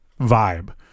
vibe